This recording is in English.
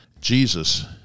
Jesus